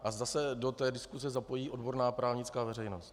A zda se do té diskuse zapojí odborná právnická veřejnost.